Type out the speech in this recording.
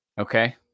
okay